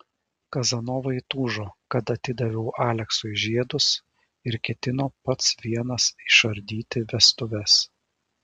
kazanova įtūžo kad atidaviau aleksui žiedus ir ketino pats vienas išardyti vestuves